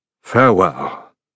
farewell